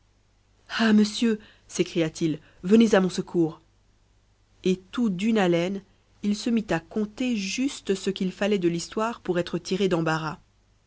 ah monsieur s'écria-t-il venez à mon secours et tout d'une haleine il se mit à conter juste ce qu'il fallait de l'histoire pour être tiré d'embarras